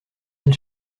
anne